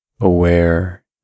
aware